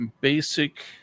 basic